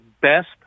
best